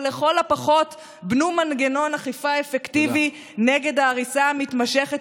או לכל הפחות בנו מנגנון אכיפה אפקטיבי נגד ההריסה המתמשכת